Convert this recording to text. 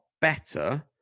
better